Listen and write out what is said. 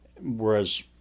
whereas